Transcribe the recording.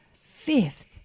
Fifth